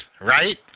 right